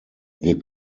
wir